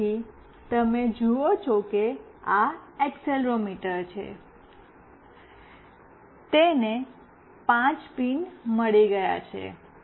તેથી તમે જુઓ છો કે આ એક્સેલેરોમીટર છે તેને 5 પિન મળી ગયા છે